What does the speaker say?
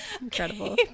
Incredible